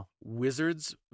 Wizards